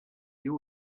you